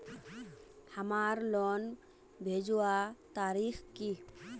हमार लोन भेजुआ तारीख की?